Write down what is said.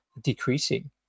decreasing